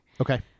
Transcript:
Okay